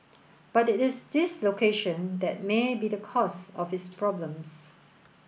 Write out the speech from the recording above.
but it is this location that may be the cause of its problems